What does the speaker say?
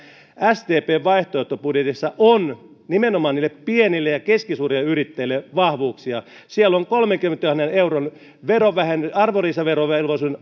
sdpn vaihtoehtobudjetissa on nimenomaan pienille ja keskisuurille yrittäjille vahvuuksia siellä on kolmenkymmenentuhannen euron arvonlisäverovelvollisuuden